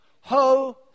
ho